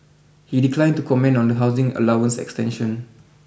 he declined to comment on the housing allowance extension